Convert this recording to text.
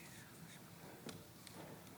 חברי הכנסת, תוצאות ההצבעה הן